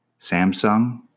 Samsung